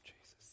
Jesus